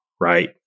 Right